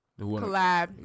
collab